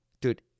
Dude